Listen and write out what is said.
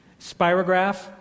Spirograph